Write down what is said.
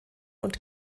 und